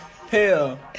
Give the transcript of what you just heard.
Hell